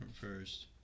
first